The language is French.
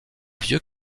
vieux